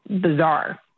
bizarre